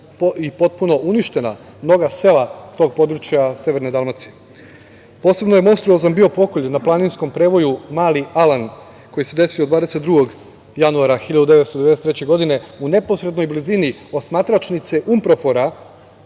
i potpuno uništena mnoga sela tog područja severne Dalmacije. Posebno je monstruozan bio pokolj na planinskom prevoju Mali Alan, koji se desio 22. januara 1993. godine u neposrednoj blizini osmatračnice Unprofora